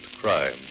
crime